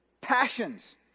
passions